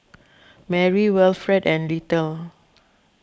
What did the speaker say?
Merri Wilfred and Little